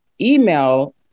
email